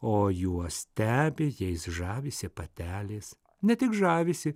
o juos stebi jais žavisi patelės ne tik žavisi